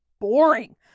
boring